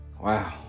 wow